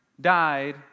died